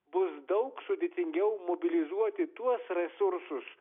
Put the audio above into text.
bus daug sudėtingiau mobilizuoti tuos resursus